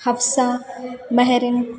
Habsa Mehreen